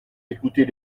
écoutez